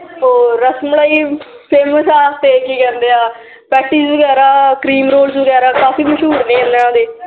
ਉਹ ਰਸ ਮਲਾਈ ਫੇਮਸ ਆ ਅਤੇ ਕੀ ਕਹਿੰਦੇ ਆ ਪੈਟੀਜ਼ ਵਗੈਰਾ ਕਰੀਮ ਰੋਲਜ਼ ਵਗੈਰਾ ਕਾਫੀ ਮਸ਼ਹੂਰ ਨੇ ਇਹਨਾਂ ਦੇ